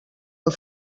del